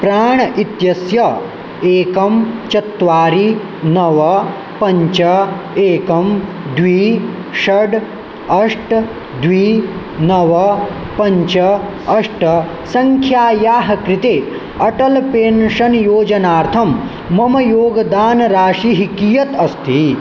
प्राण् इत्यस्य एकं चत्वारि नव पञ्च एकं द्वे षड् अष्ट द्वे नव पञ्च अष्ट सङ्ख्यायाः कृते अटल् पेन्षन् योजनार्थं मम योगदानराशिः कियत् अस्ति